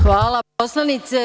Hvala poslanice.